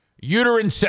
uterine